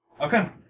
Okay